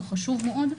הוא חשוב מאוד,